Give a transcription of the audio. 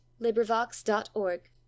LibriVox.org